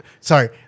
sorry